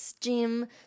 Jim